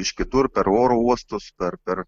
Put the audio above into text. iš kitur per oro uostus ar per